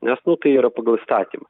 nes nu tai yra pagal įstatymą